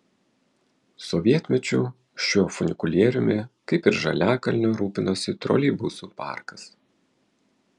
sovietmečiu šiuo funikulieriumi kaip ir žaliakalnio rūpinosi troleibusų parkas